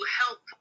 help